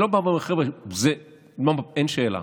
אני לא אומר: חבר'ה, אין שאלה.